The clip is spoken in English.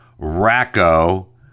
Racco